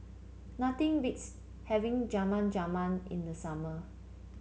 nothing beats having Jamun Jamun in the summer